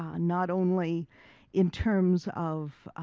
ah not only in terms of